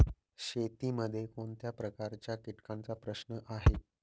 शेतीमध्ये कोणत्या प्रकारच्या कीटकांचा प्रश्न आहे?